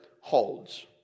holds